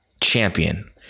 champion